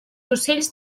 ocells